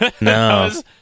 no